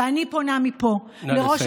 נא לסיים, בבקשה.